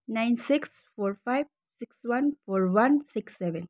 nine six four five six one four one six seven